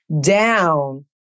down